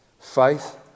Faith